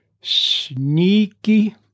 sneaky